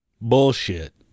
bullshit